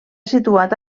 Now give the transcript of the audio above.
situat